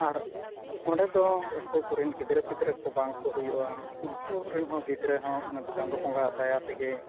ᱟᱨ ᱚᱸᱰᱮ ᱫᱚ ᱚᱠᱚᱭ ᱠᱚᱨᱮᱱ ᱜᱤᱫᱽᱨᱟᱹ ᱯᱤᱫᱽᱨᱟᱹ ᱵᱟᱝ ᱠᱚ ᱦᱩᱭᱩᱜᱼᱟ ᱩᱱᱠᱩ ᱨᱮᱱ ᱦᱚᱸ ᱜᱤᱫᱽᱨᱟᱹ ᱦᱚᱸ ᱚᱱᱮ ᱪᱟᱸᱫᱚ ᱵᱚᱸᱜᱟ ᱟᱜ ᱫᱟᱭᱟ ᱛᱮᱜᱮ